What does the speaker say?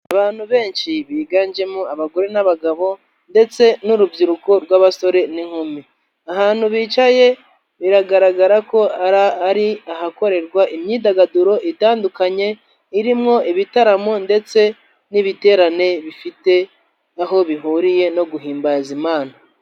Abantu benshi biganjemo abagore n'abagabo ndetse n'urubyiruko rw'abasore n'inkumi. Ahantu bicaye biragaragara ko ari ahakorerwa imyidagaduro itandukanye irimo ibitaramo ndetse n'ibiterane bifite aho bihuriye no guhimbaza Imana.